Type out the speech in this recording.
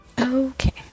Okay